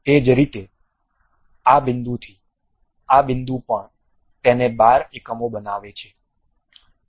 એ જ રીતે આ બિંદુથી આ બિંદુ પણ તેને 12 એકમો બનાવે છે